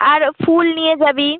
আর ফুল নিয়ে যাবি